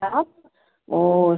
आप और